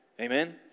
Amen